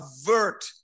avert